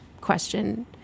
question